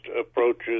approaches